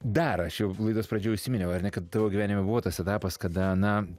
dar aš jau laidos pradžioj užsiminiau ar ne kad tavo gyvenime buvo tas etapas kada na